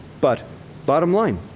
but bottom line.